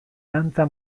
dantza